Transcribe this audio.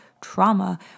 trauma